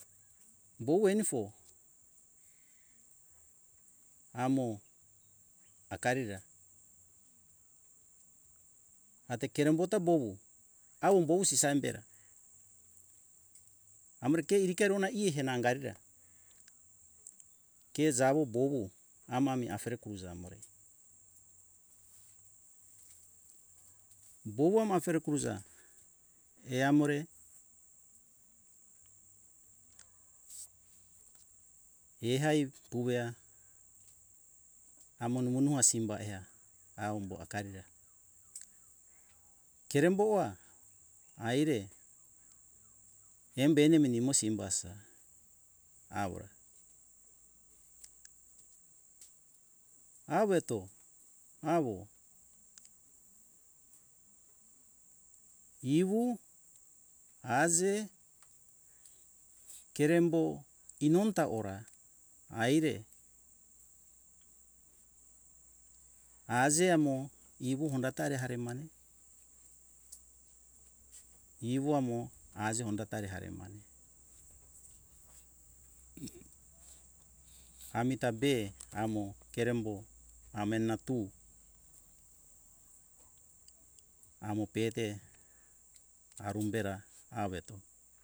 Bou enifo amo akarira ate kerem bota bowu awo bowu simam bera amore ke iri ke rona iri ke anga arira ke jawo bowu amami afere kurija amore bowu ama afere kuiza eamore ehai kuwea amo numu nua simba eha awo umbo akarira keremboa aire embe enemini mo simbasa awora eto awo ivu aze kerembo inonta ora aire azeamo ivu hondatare harimae ivo amo aze hondatare harimae amita be amo kerembo amena tu amo pete arum bera aweto